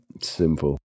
Simple